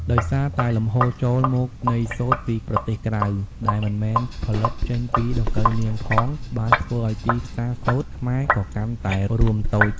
ដោយសារតែលំហូរចូលមកនៃសូត្រពីប្រទេសក្រៅ ដែលមិនមែនផលិតចេញពីដង្កូវនាងផង បានធ្វើឲ្យទីផ្សារសូត្រខ្មែរក៏កាន់តែរួមតូច។